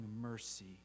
mercy